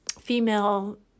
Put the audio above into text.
female